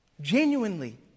genuinely